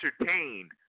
entertained